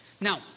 Now